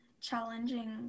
challenging